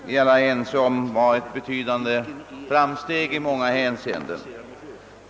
Herr talman! år 1965 beslöt riksda gen att införa ett nytt skatteutjämningssystem.